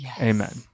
Amen